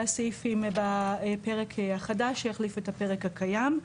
הסעיפים בפרק החדש שיחליף את הפרק הקיים.